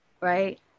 right